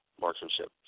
marksmanship